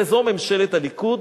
רבותי, זו ממשלת הליכוד?